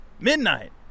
Midnight